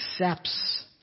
accepts